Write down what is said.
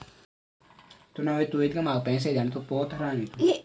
मेरा और मेरी पत्नी का संयुक्त खाता अब बंद हो गया है